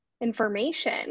information